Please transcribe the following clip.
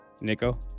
Nico